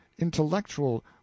Intellectual